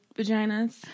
vaginas